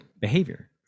behavior